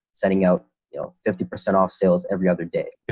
sending out you know fifty percent off sales every other day. yeah,